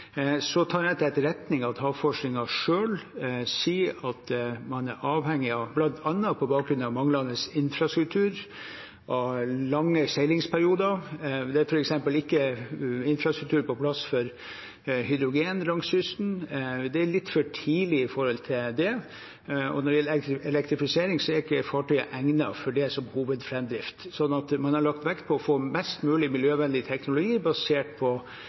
Så tar jeg til etterretning at havforskningen selv sier at man er avhengig av lange seilingsperioder, bl.a. på bakgrunn av manglende infrastruktur. Det er f.eks. ikke infrastruktur på plass for hydrogen langs kysten, det er litt for tidlig for det. Når det gjelder elektrifisering, er ikke fartøyet egnet for det som hovedframdrift, så man har lagt vekt på å få mest mulig miljøvennlig teknologi basert på